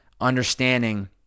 understanding